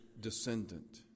descendant